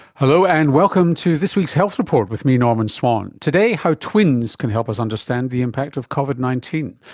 hello, and welcome to this week's health report, with me, norman swan. today, how twins can help us understand the impact of covid nineteen.